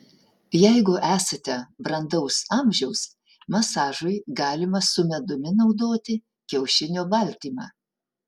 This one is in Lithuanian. jeigu esate brandaus amžiaus masažui galima su medumi naudoti kiaušinio baltymą